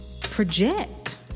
project